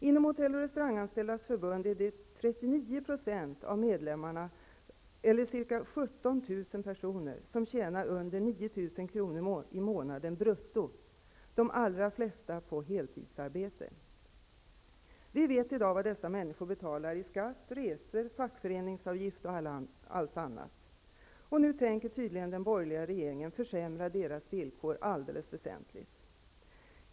Inom Hotell och restauranganställdas förbund är det 39 % av medlemmarna, eller ca 17 000 personer, som tjänar under 9 000 kr. i månaden brutto -- i de allra flesta fall genom heltidsarbete. Vi vet i dag vad dessa människor betalar i skatt, resor, fackföreningsavgift och allt annat. Nu tänker tydligen den borgerliga regeringen försämra deras villkor alldeles väsentligt.